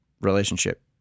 relationship